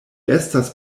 estas